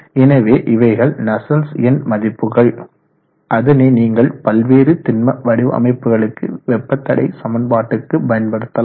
எனவே இவைகள் நஸ்சல்ட்ஸ் எண் மதிப்புகள் அதனை நீங்கள் பல்வேறு திண்ம வடிவமைப்புகளுக்கு வெப்ப தடை சமன்பாடுக்கு பயன்படுத்தலாம்